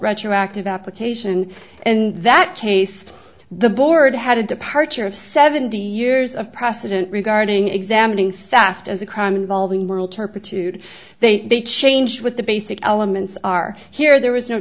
retroactive application and that case the board had a departure of seventy years of precedent regarding examining theft as a crime involving moral turpitude they changed with the basic elements are here there was no